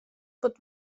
pot